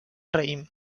raïm